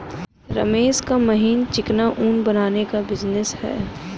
रमेश का महीन चिकना ऊन बनाने का बिजनेस है